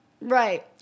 Right